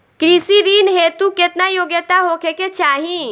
कृषि ऋण हेतू केतना योग्यता होखे के चाहीं?